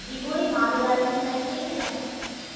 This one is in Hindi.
जी वो ही मावे वाली मिठाई चाहिये